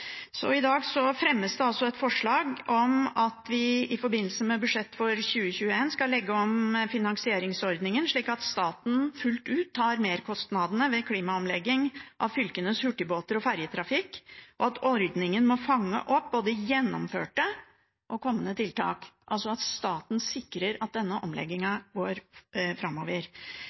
I dag fremmes det et forslag om at vi i forbindelse med budsjettet for 2021 skal legge om finansieringsordningen slik at staten fullt ut tar merkostnadene ved klimaomlegging av fylkenes hurtigbåt- og ferjetrafikk, og at ordningen må fange opp både gjennomførte og kommende tiltak – altså at staten sikrer at denne omleggingen går framover.